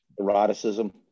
eroticism